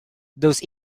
those